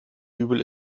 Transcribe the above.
dübel